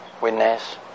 witness